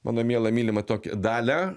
mano mielą mylimą tokią dalią